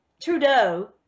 Trudeau